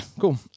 cool